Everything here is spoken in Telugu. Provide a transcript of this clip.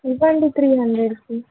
ఇవ్వండి త్రీ హండ్రెడ్కి